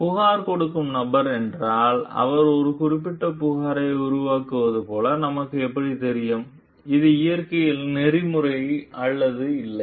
புகார் கொடுக்கும் நபர் என்றால் அவர் ஒரு குறிப்பிட்ட புகாரை உருவாக்குவது போல் நமக்கு எப்படித் தெரியும் இது இயற்கையில் நெறிமுறை அல்லது இல்லை